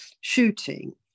shooting